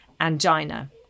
angina